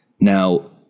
Now